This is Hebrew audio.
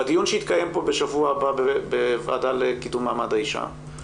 הדיון שיתקיים כאן בשבוע הבא בוועדה לקידום מעמד האישה,